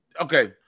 okay